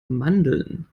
mandeln